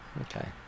Okay